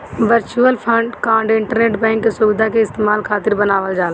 virtual card internet bank के सुविधा के इस्तेमाल खातिर बनावल जाला